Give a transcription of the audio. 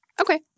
Okay